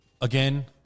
again